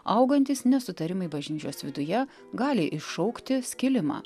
augantys nesutarimai bažnyčios viduje gali iššaukti skilimą